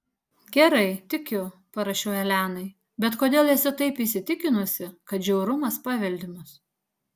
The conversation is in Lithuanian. gerai tikiu parašiau elenai bet kodėl esi taip įsitikinusi kad žiaurumas paveldimas